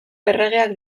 erregeak